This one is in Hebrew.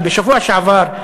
כי בשבוע שעבר,